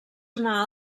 una